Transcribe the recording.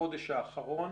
בחודש האחרון,